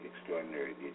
extraordinary